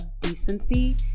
decency